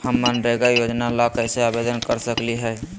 हम मनरेगा योजना ला कैसे आवेदन कर सकली हई?